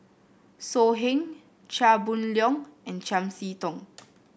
So Heng Chia Boon Leong and Chiam See Tong